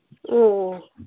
ꯑꯣ